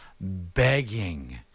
begging